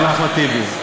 אחמד טיבי,